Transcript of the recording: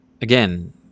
again